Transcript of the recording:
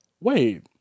wait